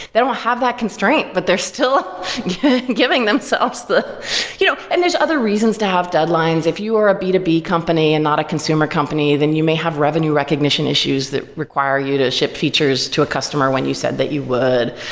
they don't have that constraint, but they're still giving themselves the you know and there's other reasons to have deadlines. if you are a b two b company and not a consumer company, then you may have revenue recognition issues that require you to ship features to a customer when you said that you would.